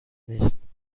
نیست